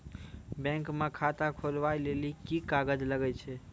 Bank म खाता खोलवाय लेली की की कागज लागै छै?